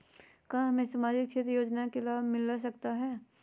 क्या हमें सामाजिक क्षेत्र योजना के लाभ मिलता सकता है?